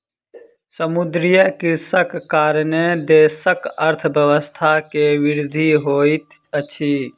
समुद्रीय कृषिक कारणेँ देशक अर्थव्यवस्था के वृद्धि होइत अछि